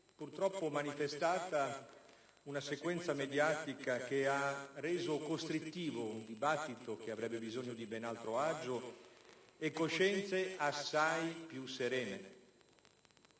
purtroppo manifestata una sequenza mediatica che ha reso costrittivo un dibattito bisognoso di ben altro agio e di coscienze assai più serene.